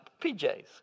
PJs